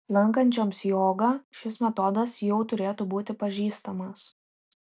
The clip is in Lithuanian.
lankančioms jogą šis metodas jau turėtų būti pažįstamas